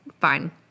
fine